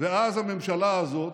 ואז הממשלה הזאת,